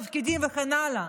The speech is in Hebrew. תפקידים וכן הלאה.